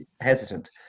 hesitant